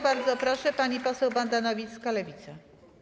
Bardzo proszę, pani poseł Wanda Nowicka, Lewica.